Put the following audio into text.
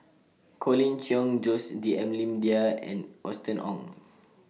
Colin Cheong Jose D'almeida and Austen Ong